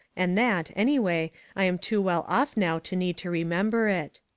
and that, anyway, i am too well off now to need to remember it.